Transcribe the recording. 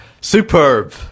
Superb